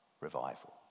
revival